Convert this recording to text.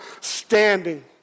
standing